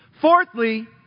Fourthly